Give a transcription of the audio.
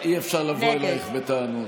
נגד המזכירה, אי-אפשר לבוא אלייך בטענות.